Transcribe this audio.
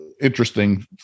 interesting